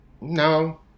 No